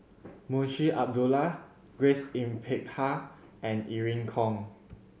Munshi Abdullah Grace Yin Peck Ha and Irene Khong